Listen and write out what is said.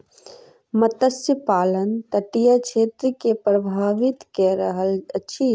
मत्स्य पालन तटीय क्षेत्र के प्रभावित कय रहल अछि